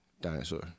dinosaur